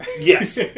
Yes